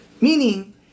Meaning